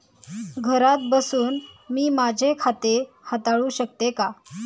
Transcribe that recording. घरात बसून मी माझे खाते हाताळू शकते का?